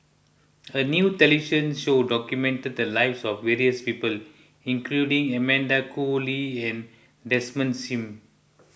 a new television show documented the lives of various people including Amanda Koe Lee and Desmond Sim